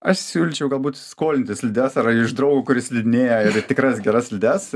aš siūlyčiau galbūt skolintis slides ar iš draugo kuris slidinėja ir tikras geras slides